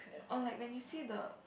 or like when you see the